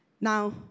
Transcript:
Now